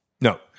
No